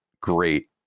great